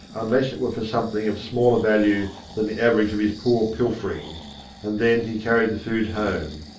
unless it were for something of smaller value than the average of his poor pilferings and then he carried the food home.